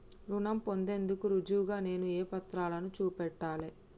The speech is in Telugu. రుణం పొందేందుకు రుజువుగా నేను ఏ పత్రాలను చూపెట్టాలె?